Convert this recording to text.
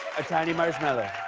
a tiny marshmallow?